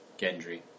Gendry